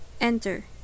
enter